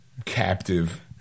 Captive